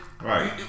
Right